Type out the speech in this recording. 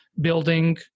building